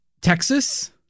Texas